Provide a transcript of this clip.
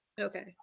Okay